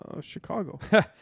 Chicago